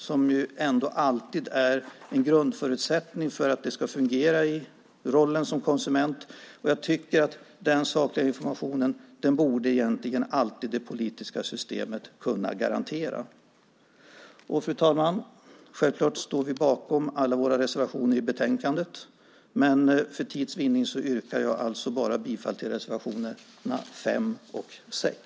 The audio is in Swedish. Det är ändå alltid en grundförutsättning för att man ska fungera i rollen som konsument. Den sakliga informationen borde det politiska systemet alltid kunna garantera. Fru talman! Självklart står vi bakom alla våra reservationer i betänkandet, men för tids vinning yrkar jag bifall bara till reservationerna 5 och 6.